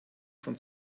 von